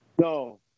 No